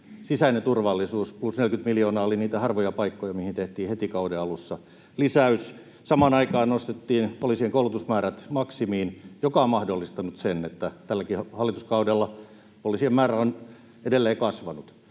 sisäinen turvallisuus, plus 40 miljoonaa, niitä harvoja paikkoja, mihin tehtiin heti kauden alussa lisäys. Samaan aikaan nostettiin poliisien koulutusmäärät maksimiin, mikä on mahdollistanut sen, että tälläkin hallituskaudella poliisien määrä on edelleen kasvanut.